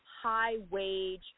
high-wage